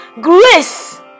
grace